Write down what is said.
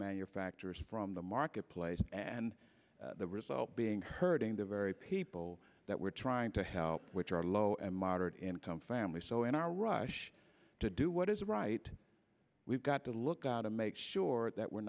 manufacturers from the marketplace and the result being hurting the very people that we're trying to help which are low and moderate income families so in our rush to do what is right we've got to look out to make sure that we're